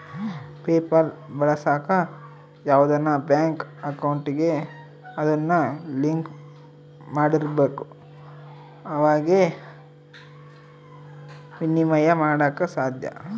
PayPal ಬಳಸಾಕ ಯಾವ್ದನ bank ಅಕೌಂಟಿಗೆ ಅದುನ್ನ ಲಿಂಕ್ ಮಾಡಿರ್ಬಕು ಅವಾಗೆ ಃನ ವಿನಿಮಯ ಮಾಡಾಕ ಸಾದ್ಯ